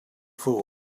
fool